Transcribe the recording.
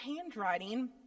handwriting